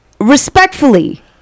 respectfully